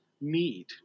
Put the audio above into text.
need